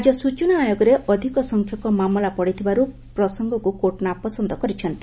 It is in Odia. ରାଜ୍ୟ ସ୍ଟଚନା ଆୟୋଗରେ ଅଧିକ ସଂଖ୍ୟକ ମାମଲା ପଡ଼ିଥିବାରୁ ପ୍ରସଙ୍ଗକୁ କୋର୍ଟ ନାପସନ୍ଦ କରିଛନ୍ତି